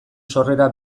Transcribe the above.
sorrera